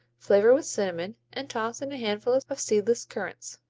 flavor with cinnamon and toss in a handful of seedless currents.